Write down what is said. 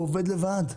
הוא עובד לבד.